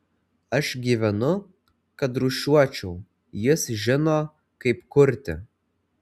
aš gyvenu kad rūšiuočiau jis žino kaip kurti